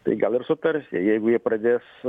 tai gal ir sutars jie jeigu jie pradės